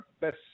best